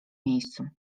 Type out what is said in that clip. miejscu